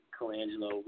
Colangelo